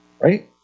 right